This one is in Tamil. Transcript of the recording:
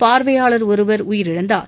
பார்வையாளர் ஒருவர் உயிரிழந்தார்